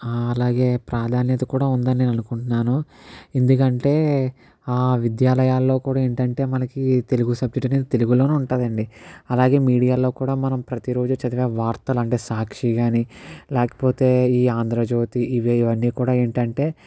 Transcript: అలాగే ప్రాధాన్యత కూడా ఉందనే అనుకుంటున్నాను ఎందుకంటే ఆ విద్యాలయాల్లో కూడా ఏంటంటే మనకి తెలుగు సబ్జెక్టు అనేది తెలుగులోనే ఉంటుంది అండి అలాగే మీడియాలో కూడా మనం ప్రతి రోజే చదివే వార్తలు అంటే సాక్షి కానీ లేకపోతే ఈ ఆంధ్రజ్యోతి ఇవి ఇవన్నీ కూడా ఏంటంటే